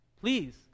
please